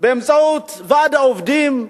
באמצעות ועד העובדים,